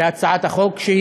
בהצעת החוק,